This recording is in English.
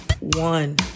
One